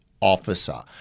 officer